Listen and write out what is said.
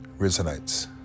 resonates